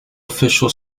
official